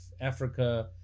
Africa